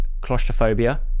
claustrophobia